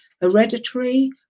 hereditary